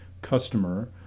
customer